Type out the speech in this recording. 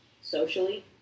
socially